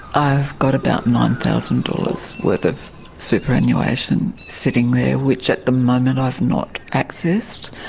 i have got about nine thousand dollars worth of superannuation sitting there which at the moment i have not accessed.